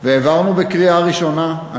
והעברנו בקריאה ראשונה,